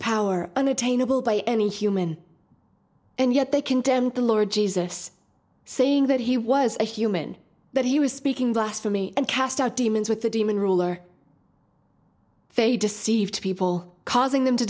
power unattainable by any human and yet they condemned the lord jesus saying that he was a human but he was speaking blasphemy and cast out demons with the demon ruler they deceived people causing them to